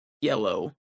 yellow